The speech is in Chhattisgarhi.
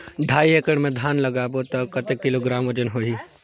ढाई एकड़ मे धान लगाबो त कतेक किलोग्राम वजन होही?